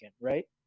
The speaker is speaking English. right